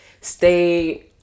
stay